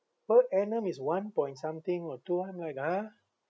per annum is one point something or two I'm like !huh!